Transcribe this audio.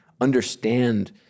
understand